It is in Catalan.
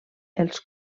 els